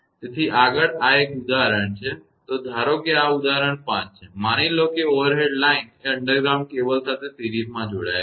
તેથી આગળ આ એક ઉદાહરણ છે તો ધારો કે આ ઉદાહરણ 5 છે માની લો કે ઓવરહેડ લાઇન એ અંડરગ્રાઉન્ડ કેબલ સાથે શ્રેણીમાં જોડાયેલ છે